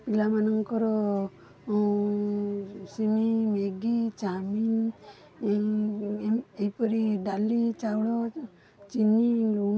ପିଲାମାନଙ୍କର ସିମେଇଁ Maggi chow mein ଏହିପରି ଡାଲି ଚାଉଳ ଚିନି ଲୁଣ